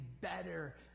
better